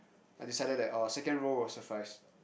I decided that orh second row will suffice